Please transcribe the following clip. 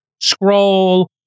scroll